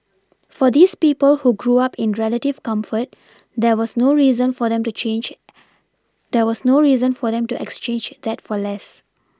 for these people who grew up in relative comfort there was no reason for them to change there was no reason for them to exchange that for less